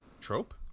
Trope